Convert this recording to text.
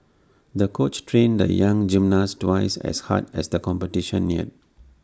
the coach trained the young gymnast twice as hard as the competition neared